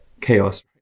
chaos